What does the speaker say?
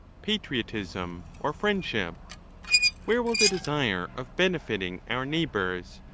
patriotism, or friendship where will the desire of benefitting our neigh bours,